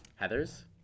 Heathers